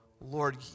Lord